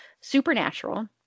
Supernatural